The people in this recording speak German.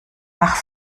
nach